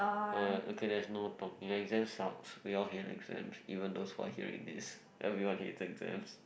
!huh! okay let's no talk the exam sucks we all hate exams you will knows why here is it everyone hate exams